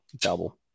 double